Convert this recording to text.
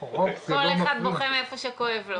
בוכה מאיפה שכואב לו.